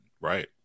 Right